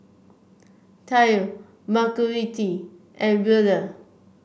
Tye Margurite and Wheeler